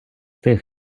тих